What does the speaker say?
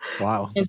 Wow